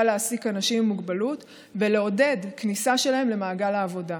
החשובה להעסיק אנשים עם מוגבלות ולעודד כניסה שלהם למעגל העבודה.